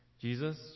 Jesus